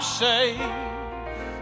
safe